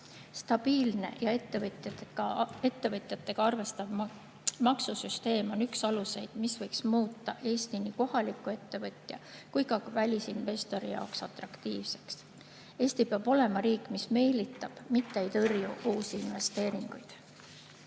Stabiilne ja ettevõtjatega arvestav maksusüsteem on üks aluseid, mis võiks muuta Eesti nii kohaliku ettevõtja kui ka välisinvestori jaoks atraktiivseks. Eesti peab olema riik, mis meelitab, mitte ei tõrju uusi investeeringuid.